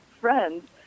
friends